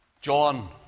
John